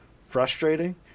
frustrating